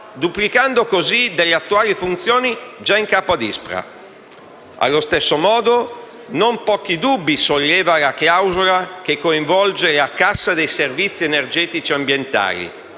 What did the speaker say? duplicando così funzioni attualmente già in capo a ISPRA. Allo stesso modo, non pochi dubbi solleva la clausola che coinvolge la Cassa dei servizi energetici ambientali